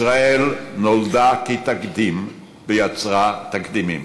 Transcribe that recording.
ישראל נולדה כתקדים ויצרה תקדימים.